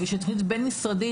שהיא תכנית בין- משרדית,